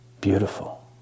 beautiful